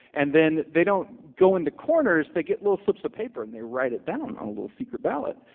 and then they don't go into corners, they get little slips of paper and they write it down on a little secret ballot.